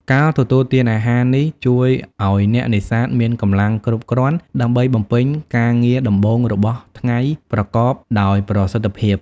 ការទទួលទានអាហារនេះជួយឲ្យអ្នកនេសាទមានកម្លាំងគ្រប់គ្រាន់ដើម្បីបំពេញការងារដំបូងរបស់ថ្ងៃប្រកបដោយប្រសិទ្ធភាព។